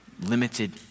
limited